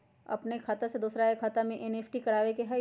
अपन खाते से दूसरा के खाता में एन.ई.एफ.टी करवावे के हई?